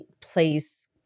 place